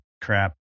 crap